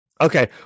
Okay